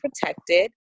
protected